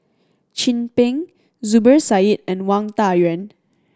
Chin Peng Zubir Said and Wang Dayuan